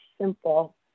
simple